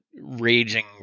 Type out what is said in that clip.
raging